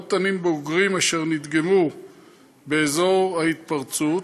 מאות תנים בוגרים אשר נדגמו באזור ההתפרצות,